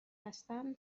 هستم